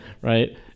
right